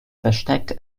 versteckt